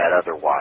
otherwise